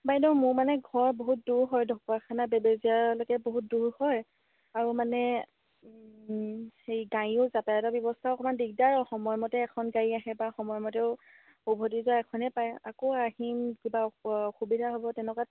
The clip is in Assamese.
বাইদেউ মোৰ মানে ঘৰ বহুত দূৰ হয় ঢকুৱাখানা বেবেজীয়ালৈকে বহুত দূৰ হয় আৰু মানে সেই গাড়ীও যাতায়তৰ ব্যৱস্থাও অকণমান দিগদাৰ সময়মতে এখন গাড়ী আহে বা সময়মতেও উভতি যোৱা এখনেই পায় আকৌ আহিম কিবা অ অসুবিধা হ'ব তেনেকুৱাত